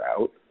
out